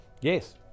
Yes